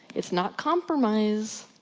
it's not compromise.